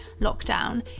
lockdown